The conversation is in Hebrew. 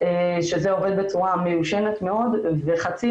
שזה עובד בצורה מיושנת מאוד וחצי